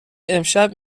امشب